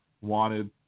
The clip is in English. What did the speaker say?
wanted